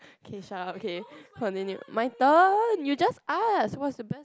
K shut up K continue my turn you just ask what's the best